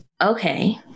okay